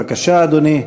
בבקשה, אדוני.